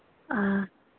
ꯑꯥ